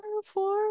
four